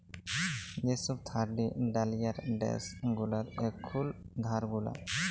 যে সব থার্ড ডালিয়ার ড্যাস গুলার এখুল ধার গুলা